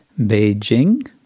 Beijing